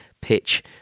pitch